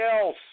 else